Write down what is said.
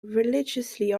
religiously